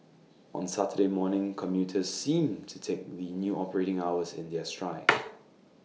on Saturday morning commuters seemed to take the new operating hours in their stride